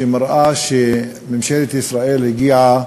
שמראה שממשלת ישראל הגיעה